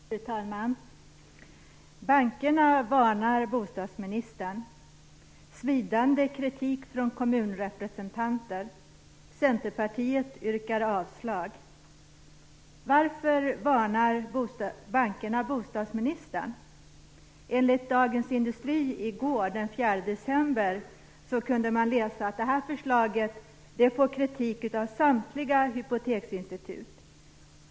Fru talman! Bankerna varnar bostadsministern. Svidande kritik ges från kommunrepresentanter. Centerpartiet yrkar avslag. Varför varnar bankerna bostadsministern? I Dagens Industri i går, den 4 december, kunde man läsa att det här förslaget får kritik av samtliga hypoteksinstitut.